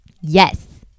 Yes